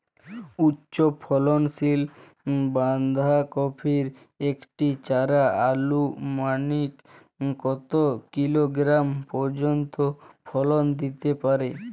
উচ্চ ফলনশীল বাঁধাকপির একটি চারা আনুমানিক কত কিলোগ্রাম পর্যন্ত ফলন দিতে পারে?